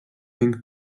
ning